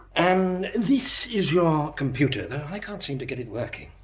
and this is your computer, though i can't seem to get it working.